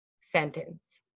sentence